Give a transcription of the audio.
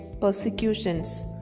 persecutions